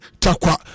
Takwa